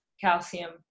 calcium